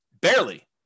Barely